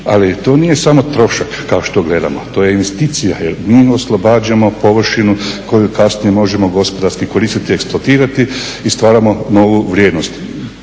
Ali to nije samo trošak kao što gledamo, to je investicija jer mi oslobađamo površinu koju kasnije možemo gospodarski koristiti i eksploatirati i stvaramo novu vrijednost.